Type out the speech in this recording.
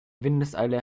windeseile